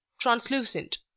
translucent